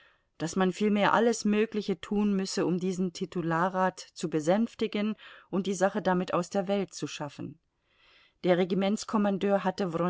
daß man vielmehr alles mögliche tun müsse um diesen titularrat zu besänftigen und die sache damit aus der welt zu schaffen der regimentskommandeur hatte